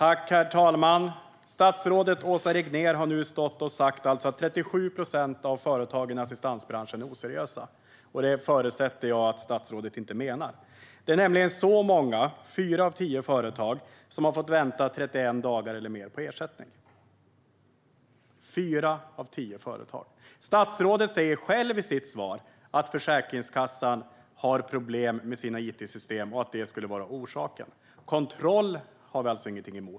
Herr talman! Statsrådet Åsa Regnér har nu stått och sagt att 37 procent av företagen i assistansbranschen är oseriösa, och det förutsätter jag att statsrådet inte menar. Det är nämligen så många, fyra av tio företag, som har fått vänta 31 dagar eller mer på ersättningen - fyra av tio företag! Statsrådet säger själv i sitt svar att Försäkringskassan har problem med sina it-system och att det skulle vara orsaken. Kontroll har vi ingenting emot.